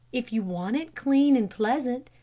if you want it clean and pleasant,